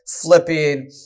flipping